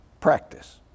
practice